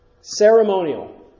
Ceremonial